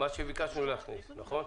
זה 6א. מה שביקשנו להכניס, נכון?